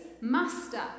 Master